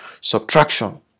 subtraction